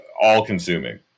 all-consuming